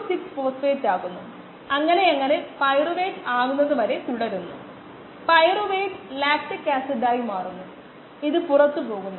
75 mM നമ്മൾ അതിനെ മധ്യ ബിന്ദുവിലേക്ക് കൊടുക്കേണ്ടതുണ്ട് കാരണം നമ്മൾ ഇവിടെ 1v യും 1 s ഉം തമ്മിലുള്ള പ്ലോട്ട് ചെയ്യുന്നു